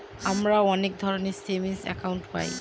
আমরা অনেক ধরনের সেভিংস একাউন্ট পায়